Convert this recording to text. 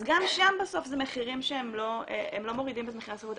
אז גם שם בסוף אלה מחירים שלא מורידים את מחירי השכירות.